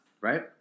Right